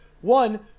One